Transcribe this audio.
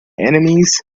enemies